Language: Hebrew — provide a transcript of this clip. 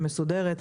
בצורה מסודרת.